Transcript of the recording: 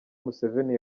museveni